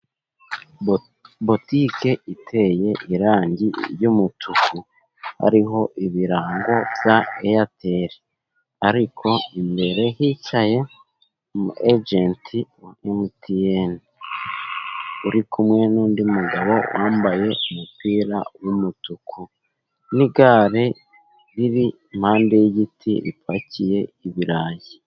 Botike iteye irangi ry’umutuku, hariho ibirango bya Eyateli. Ariko imbere hicaye umu ejenti wa Emutiyeni, uri kumwe n’undi mugabo wambaye umupira w’umutuku n'igare riri impande y’igiti, ripakiye ibirayi.